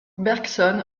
bergson